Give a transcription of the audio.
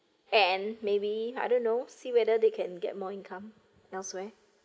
and maybe I don't know see whether they can get more income elsewhere